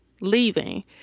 leaving